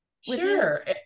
Sure